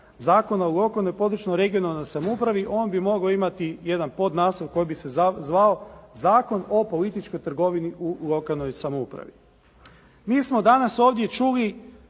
Zakona o lokalnoj, područnoj i regionalnoj samoupravi on bi mogao imati jedan podnaslov koji bi se zvao Zakon o političkoj trgovini u lokalnoj samoupravi. Mi smo danas ovdje čuli